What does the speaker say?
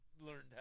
learned